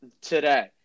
Today